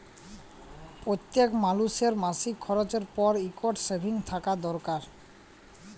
প্যইত্তেক মালুসের মাসিক খরচের পর ইকট সেভিংস থ্যাকা দরকার